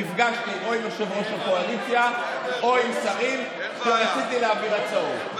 נפגשתי עם יושב-ראש הקואליציה או עם שרים כשרציתי להעביר הצעות.